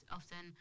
often